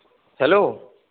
hello